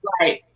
right